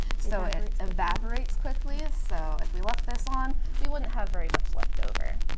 so and it evaporates quickly, so if we left this on, we wouldn't have very much left over.